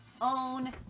own